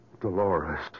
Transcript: Dolores